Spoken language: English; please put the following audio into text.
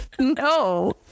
No